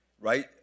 right